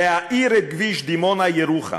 להאיר את כביש דימונה ירוחם,